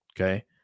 Okay